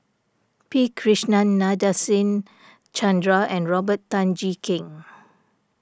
P Krishnan Nadasen Chandra and Robert Tan Jee Keng